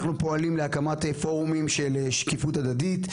אנחנו פועלים להקמת פורומים של שקיפות הדדית.